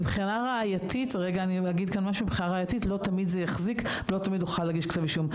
מבחינה ראייתית לא תמיד זה יחזיק ולא תמיד נוכל להגיש כתב אישום.